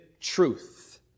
truth